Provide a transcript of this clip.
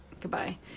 goodbye